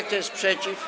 Kto jest przeciw?